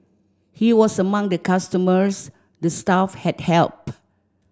he was among the customers the staff had helped